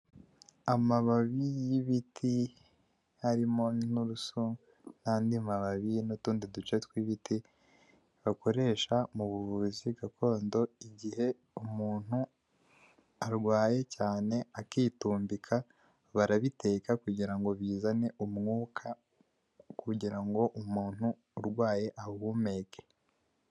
Amababi y'ibiti harimo n'inturusu n'andi mababi n'utundi duce tw'ibiti bakoresha mu buvuzi gakondo igihe umuntu arwaye cyane akitumbika, barabiteka kugira ngo bizane umwuka kugira ngo umuntu urwaye awuhumeke.